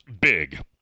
big